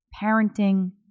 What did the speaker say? parenting